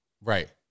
Right